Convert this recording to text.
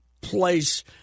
place